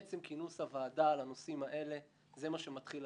האמנות שאנו אמונים עליה היא מהות חופשית,